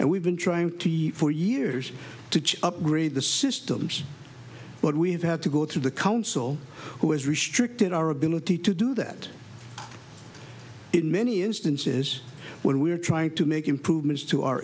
and we've been trying for years to upgrade the systems but we have had to go through the council who has restricted our ability to do that in many instances when we are trying to make improvements to our